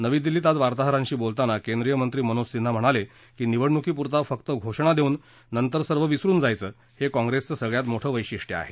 नवी दिल्लीत आज वार्ताहरांशी बोलताना केंद्रीय मंत्री मनोज सिन्हा म्हणाले की निवडणुकीपुरता फक्त घोषणा देऊन नंतर सर्व विसरून जायचं हे काँग्रेसचं सगळ्यात मोठं वैशिष्ट्य आहे